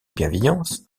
bienveillance